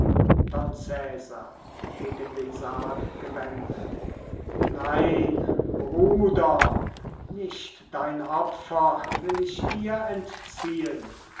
don cesar gegen den sarg gewendet nein bruder nicht dein opfer will ich dir entziehen deine